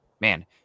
man